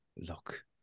Look